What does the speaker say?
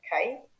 okay